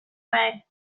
way